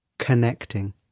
Connecting